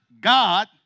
God